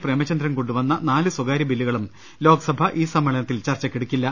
പ്രേമചന്ദ്രൻ കൊണ്ടുവന്ന നാല് സ്വകാര്യ ബില്ലുകളും ലോക്സഭ ഈ സമ്മേളനത്തിൽ ചർച്ച ക്കെടുക്കില്ല